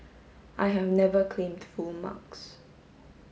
I have never claimed full marks